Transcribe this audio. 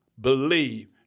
believe